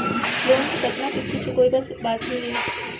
Loan के कतना किस्ती चुकाए बर बांचे हे?